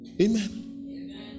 Amen